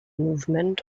movement